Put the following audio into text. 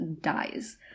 dies